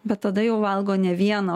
bet tada jau valgo ne vieną